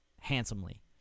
handsomely